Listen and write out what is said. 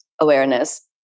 awareness